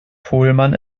pohlmann